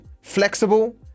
flexible